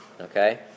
Okay